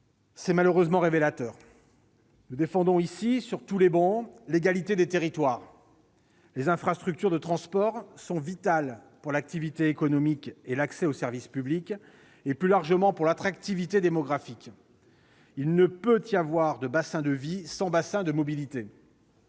C'est malheureusement révélateur. Nous défendons ici, sur toutes les travées, l'égalité des territoires. Les infrastructures de transport sont vitales pour l'activité économique et l'accès aux services publics, et, plus largement, pour l'attractivité démographique. Il ne peut y avoir de bassin de vie sans bassin de mobilité.